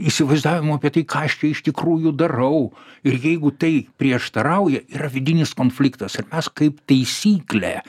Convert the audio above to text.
įsivaizdavimui apie tai kas aš čia iš tikrųjų darau ir jeigu tai prieštarauja yra vidinis konfliktas ir mes kaip taisyklė